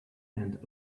end